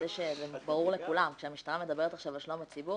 לוודא שזה ברור לכולם כשהמשטרה מדברת על שלום הציבור,